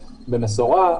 במשורה,